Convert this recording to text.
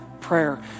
prayer